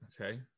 okay